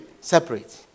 Separate